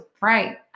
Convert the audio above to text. Right